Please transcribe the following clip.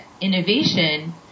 innovation